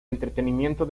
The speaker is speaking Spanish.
entretenimiento